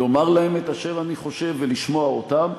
לומר להם את אשר אני חושב ולשמוע אותם.